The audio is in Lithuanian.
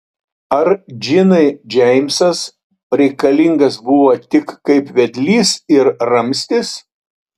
ar džinai džeimsas reikalingas buvo tik kaip vedlys ir ramstis